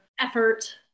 effort